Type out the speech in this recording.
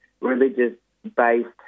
religious-based